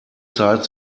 zeit